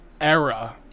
era